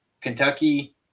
Kentucky